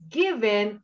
given